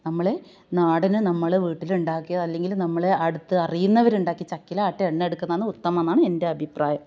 നമ്മൾ നാടന് നമ്മൾ വീട്ടിലുണ്ടാക്കിയതല്ലെങ്കിൽ നമ്മളെ അടുത്തറിയുന്നവരുണ്ടാക്കി ചക്കിലാട്ടിയ എണ്ണയെടുക്കുന്നാന്നു ഉത്തമമാണ് എന്റെ അഭിപ്രായം